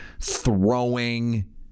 throwing